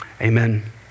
Amen